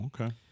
Okay